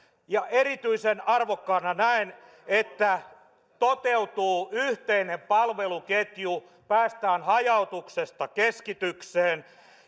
erityisen arvokkaana näen että toteutuu yhteinen palveluketju päästään hajautuksesta keskitykseen